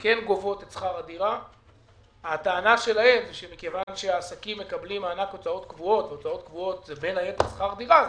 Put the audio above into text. כי מה שקורה זה שכאשר ההוצאות של העסק יורדות והוא לא משלם שכירות,